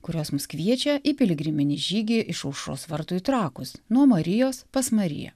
kurios mus kviečia į piligriminį žygį iš aušros vartų į trakus nuo marijos pas mariją